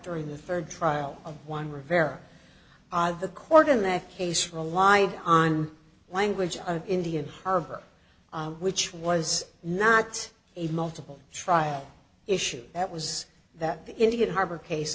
during the third trial of one rivera the court in that case rely on language of indian harbor which was not a multiple trial issue that was that indeed harbor case